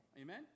Amen